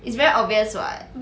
it's very obvious what